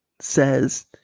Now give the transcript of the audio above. says